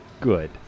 Good